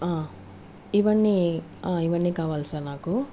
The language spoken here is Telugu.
ఇవన్నీ ఇవన్నీ కావాలి సార్ నాకు